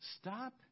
stop